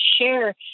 share